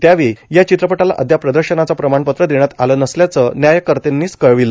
त्यावेळी या चित्रपटाला अद्याप प्रदर्शनाचं प्रमाणपत्र देण्यात आलं नसल्याचं न्यायकर्तींनी कळविलं